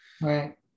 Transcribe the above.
right